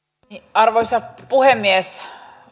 arvoisa puhemies